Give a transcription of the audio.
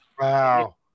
Wow